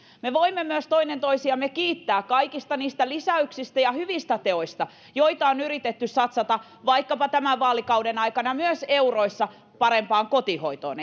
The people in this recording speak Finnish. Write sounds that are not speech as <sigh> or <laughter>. me voimme myös toinen toisiamme kiittää kaikista niistä lisäyksistä ja hyvistä teoista joilla on yritetty satsata vaikkapa tämän vaalikauden aikana myös euroissa esimerkiksi parempaan kotihoitoon <unintelligible>